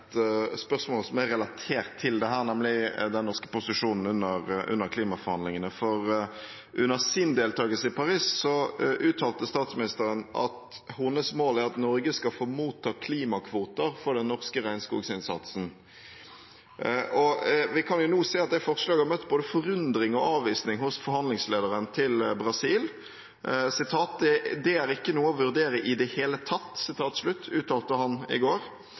spørsmål som er relatert til dette, nemlig den norske posisjonen under klimaforhandlingene. Under sin deltakelse i Paris uttalte statsministeren at hennes mål er at Norge skal motta klimakvoter for den norske regnskoginnsatsen. Vi kan se at det forslaget har møtt både forundring og avvisning hos forhandlingslederen til Brasil, som uttalte i går: «Det er ikke noe å vurdere i det hele tatt.»